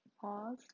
Pause